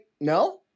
No